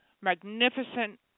magnificent